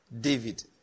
David